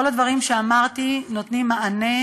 כל הדברים שאמרתי נותנים מענה,